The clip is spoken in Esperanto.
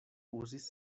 uzis